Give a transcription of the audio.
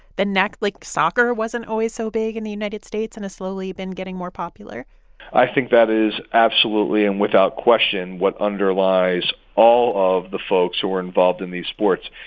the next like, soccer wasn't always so big in the united states and has slowly been getting more popular i think that is absolutely and without question what underlies all of the folks who are involved in these sports.